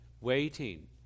waiting